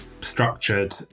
structured